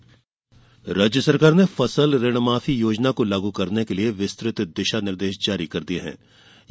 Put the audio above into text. कर्जमाफी राज्य सरकार ने फसल ऋणमाफी योजना को लागू करने के लिये विस्तृत दिशा निर्देश जारी कर दिये गये हैं